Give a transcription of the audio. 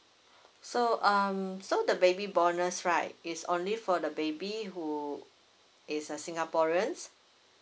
so um so the baby bonus right is only for the baby who is a singaporeans